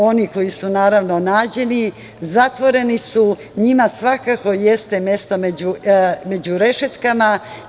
Oni koji su nađeni zatvoreni su, njima svako jeste mesto među rešetkama.